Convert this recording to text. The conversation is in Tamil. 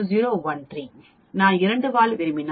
நான் இரண்டு வால் விரும்பினால் அது 0